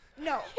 no